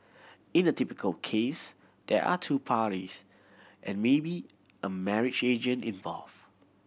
in a typical case there are two parties and maybe a marriage agent involved